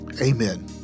Amen